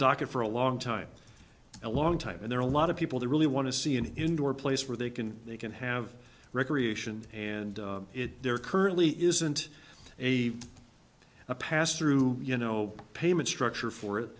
docket for a long time a long time and there are a lot of people that really want to see an indoor place where they can they can have recreation and it's there currently isn't a a pass through you know payment structure for it